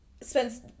spends